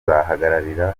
kuzahagararira